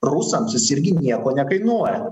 rusams jis irgi nieko nekainuoja